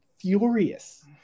furious